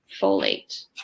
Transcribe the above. folate